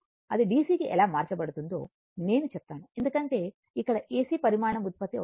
అది DC కి ఎలా మార్చబడుతుందో నేను చెప్తాను ఎందుకంటే ఇక్కడ AC పరిమాణం ఉత్పత్తి అవుతుంది